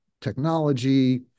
technology